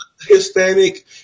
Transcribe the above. Hispanic